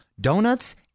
donuts